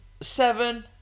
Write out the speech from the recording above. Seven